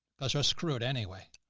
so screwed anyway,